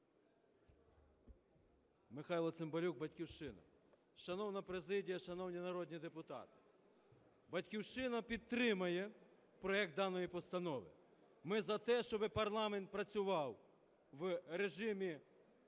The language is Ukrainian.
Михайло Цимбалюк, "Батьківщина". Шановна президія, шановні народні депутати, "Батьківщина" підтримує проект даної постанови. Ми за те, щоб парламент працював в режимі